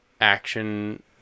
action